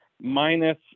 minus